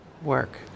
Work